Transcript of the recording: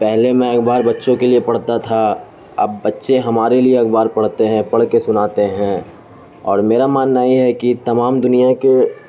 پہلے میں اخبار بچوں کے لیے پڑھتا تھا اب بچے ہمارے لیے اخبار پڑھتے ہیں پڑھ کے سناتے ہیں اور میرا ماننا یہ ہے کہ تمام دنیا کے